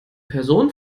person